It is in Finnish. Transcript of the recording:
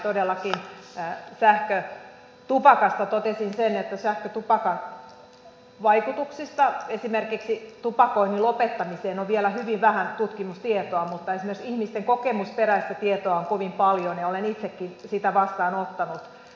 todellakin sähkötupakasta totesin sen että sähkötupakan vaikutuksista esimerkiksi tupakoinnin lopettamiseen on vielä hyvin vähän tutkimustietoa mutta esimerkiksi ihmisten kokemusperäistä tietoa on kovin paljon ja olen itsekin sitä vastaanottanut